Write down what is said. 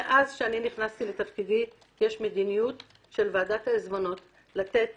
מאז שאני נכנסתי לתפקידי יש מדיניות של ועדת העיזבונות לתת